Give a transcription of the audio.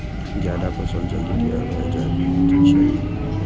जायद फसल जल्दी तैयार भए जाएत छैक